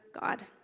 God